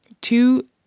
Two